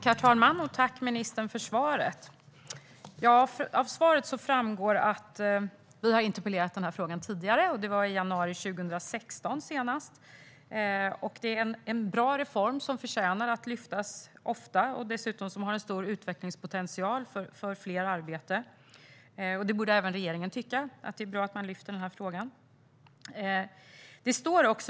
Herr talman! Tack, ministern, för svaret! Av svaret framgår att vi har interpellerat om denna fråga tidigare. Senast var i januari 2016. Det är en bra reform som förtjänas att lyftas fram ofta. Den har dessutom en stor utvecklingspotential för fler arbeten. Även regeringen borde tycka att det är bra att denna fråga lyfts upp.